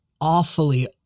awfully